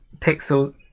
pixels